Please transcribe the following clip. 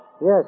Yes